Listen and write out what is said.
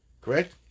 Correct